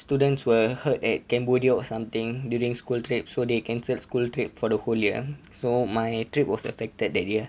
students were hurt at cambodia or something during school trip so they cancelled school trip for the whole year so my trip was affected that year